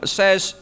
says